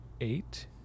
eight